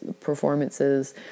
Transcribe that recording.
performances